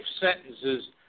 sentences